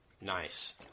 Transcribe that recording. Nice